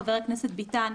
חבר הכנסת ביטן,